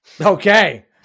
Okay